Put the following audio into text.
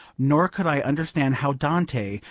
nor could i understand how dante,